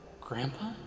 Grandpa